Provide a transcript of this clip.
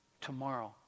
tomorrow